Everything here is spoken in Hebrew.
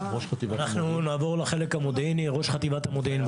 ראש חטיבת המודיעין?